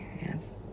yes